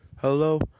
Hello